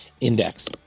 index